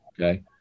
Okay